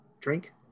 Drink